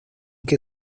que